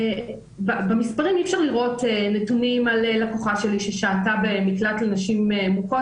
במספרים אי-אפשר לראות נתונים על לקוחה שלי ששהתה במקלט לנשים מוכות